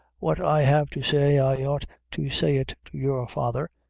what i have to say, i ought to say it to your father,